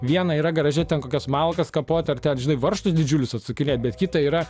viena yra graže ten kokias malkas kapot ar ten žinai varžtus didžiulius atsukinėt bet kita yra